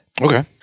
Okay